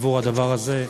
עבור הדבר הזה,